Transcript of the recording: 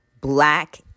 black